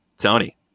Tony